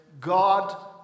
God